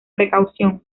precaución